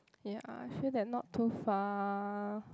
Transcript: ya sure that not too far